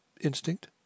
instinct